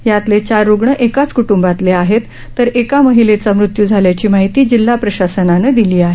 यातले चार रुग्ण एकाच क्ट्ंबातले आहेत तर एका महिलेचा मृत्यू झाल्याची माहिती जिल्हा प्रशासनानं दिली आहे